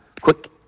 quick